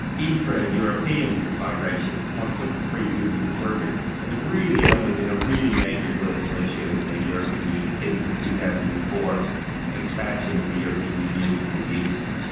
intra-european migration as a consequence of free movement of workers has really only been a really major political issue in the european union since the two thousand and four expansion of the european union to the east.